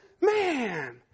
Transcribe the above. man